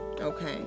Okay